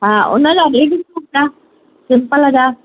हा उनजा ladies suit आहे सिंपल जा